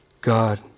God